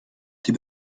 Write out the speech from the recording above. die